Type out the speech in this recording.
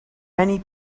many